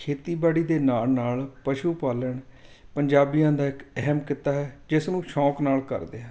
ਖੇਤੀਬਾੜੀ ਦੇ ਨਾਲ ਨਾਲ ਪਸ਼ੂ ਪਾਲਣ ਪੰਜਾਬੀਆਂ ਦਾ ਇੱਕ ਅਹਿਮ ਕਿੱਤਾ ਹੈ ਜਿਸ ਨੂੰ ਸ਼ੌਂਕ ਨਾਲ ਕਰਦੇ ਹਾਂ